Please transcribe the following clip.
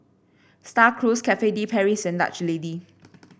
Star Cruise Cafe De Paris and Dutch Lady